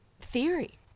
theory